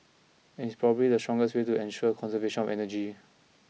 and it's probably the strongest way to ensure conservation of energy